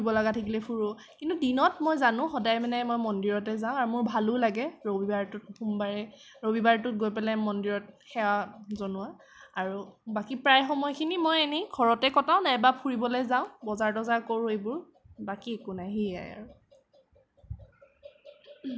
ফুৰিব লগা থাকিলে ফুৰোঁ কিন্তু দিনত মই জানো সদায় মানে মই মন্দিৰতে যাওঁ আৰু মোৰ ভালো লাগে ৰবিবাৰটোত সোমবাৰে ৰবিবাৰটোত গৈ পেলাই মন্দিৰত সেৱা জনোৱা আৰু বাকী প্ৰায় সময়খিনি মই এনেই ঘৰতে কটাও নাইবা ফুৰিবলৈ যাওঁ বজাৰ তজাৰ কৰোঁ এইবোৰ বাকী একো নাই সেয়াই আৰু